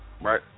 right